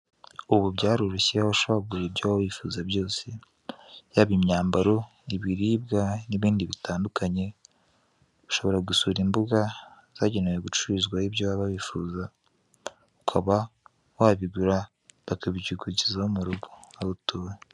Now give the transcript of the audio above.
Ubu byaroroshye aho ushobora kugura ibyo waba wifuza byose yaba imyambaro, ibiribwa n'ibindi bitandukanye, ushobora gusura imbuga zagenewe gucururizwaho ibyo waba wifuza, ukaba wabigura bakabikugezaho mu rugo aho utuye.